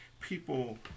People